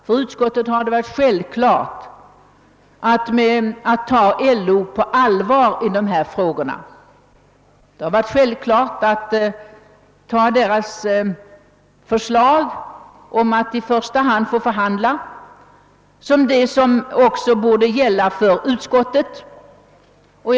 För utskottet har det varit självklart att ta LO på allvar och följa dess förslag att frågorna i första hand skall bli föremål för förhandlingar.